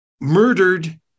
murdered